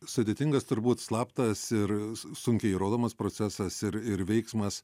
sudėtingas turbūt slaptas ir s sunkiai įrodomas procesas ir ir veiksmas